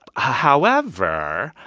however,